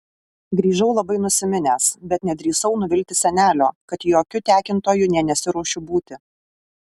grįžau labai nusiminęs bet nedrįsau nuvilti senelio kad jokiu tekintoju nė nesiruošiu būti